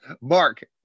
Mark